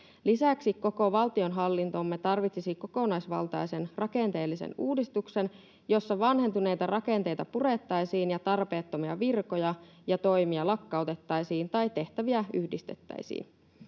Lisäksi koko valtionhallintomme tarvitsisi kokonaisvaltaisen rakenteellisen uudistuksen, jossa vanhentuneita rakenteita purettaisiin ja tarpeettomia virkoja ja toimia lakkautettaisiin tai tehtäviä yhdistettäisiin.